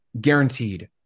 guaranteed